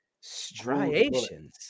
Striations